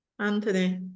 Anthony